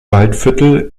waldviertel